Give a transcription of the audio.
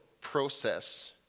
process